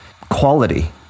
quality